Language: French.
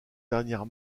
dernière